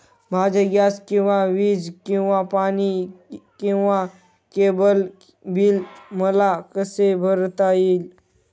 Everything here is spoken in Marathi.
माझे गॅस किंवा वीज किंवा पाणी किंवा केबल बिल मला कसे भरता येईल?